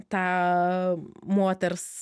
tą moters